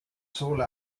sohle